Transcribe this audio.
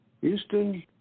Houston